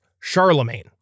Charlemagne